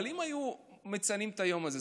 אבל אם היו מציינים את היום הזה,